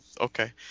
Okay